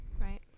Right